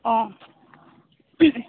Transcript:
অঁ